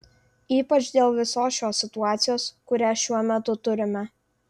ypač dėl visos šios situacijos kurią šiuo metu turime